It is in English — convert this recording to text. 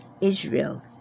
Israel